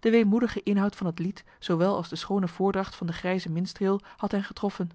de weemoedige inhoud van het lied zoowel als de schoone voordracht van den grijzen minstreel had hen getroffen